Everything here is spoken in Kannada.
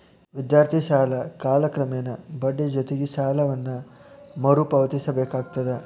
ವಿದ್ಯಾರ್ಥಿ ಸಾಲ ಕಾಲಕ್ರಮೇಣ ಬಡ್ಡಿ ಜೊತಿಗಿ ಸಾಲವನ್ನ ಮರುಪಾವತಿಸಬೇಕಾಗತ್ತ